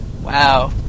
Wow